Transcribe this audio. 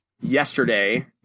yesterday